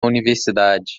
universidade